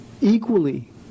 equally